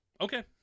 Okay